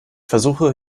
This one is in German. versuche